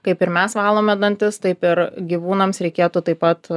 kaip ir mes valome dantis taip ir gyvūnams reikėtų taip pat